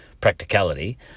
practicality